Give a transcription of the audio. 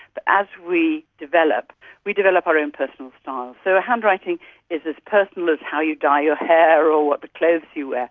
but as we develop we develop our own personal style. so handwriting is as personal as how you dye your hair or the clothes you wear,